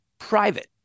private